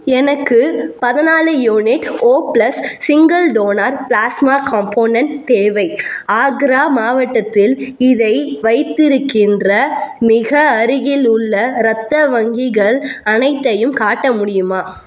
எனக்கு பதினாலு unit O plus single donor plasma component தேவை ஆக்ரா மாவட்டத்தில் இதை வைத்திருக்கின்ற மிக அருகிலுள்ள ரத்த வங்கிகள் அனைத்தையும் காட்ட முடியுமா